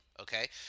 Okay